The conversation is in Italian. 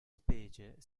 specie